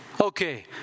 Okay